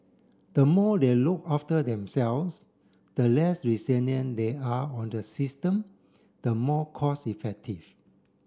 the more they look after themselves the less they are on the system the more cost effective